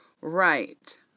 Right